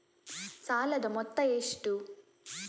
ಸಾಲದ ಮೊತ್ತ ಎಷ್ಟು?